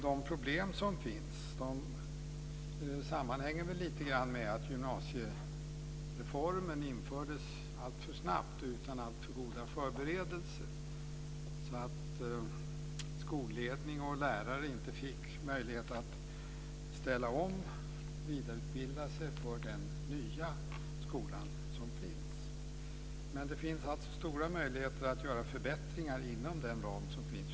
De problem som finns sammanhänger väl lite grann med att gymnasiereformen infördes alltför snabbt utan alltför goda förberedelser. Skolledning och lärare fick inte möjlighet att ställa om och vidareutbilda sig för den nya skolan. Men det finns stora möjligheter att göra förbättringar inom den ram som finns.